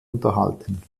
unterhalten